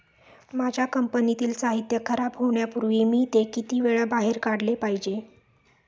माझ्या कंपनीतील साहित्य खराब होण्यापूर्वी मी ते किती वेळा बाहेर काढले पाहिजे?